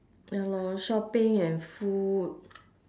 ya lor shopping and food